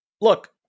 look